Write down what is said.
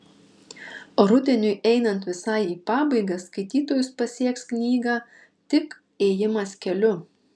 rudeniui einant visai į pabaigą skaitytojus pasieks knygą tik ėjimas keliu